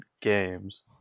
games